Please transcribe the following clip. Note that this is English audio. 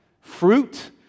Fruit